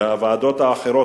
והוועדות האחרות,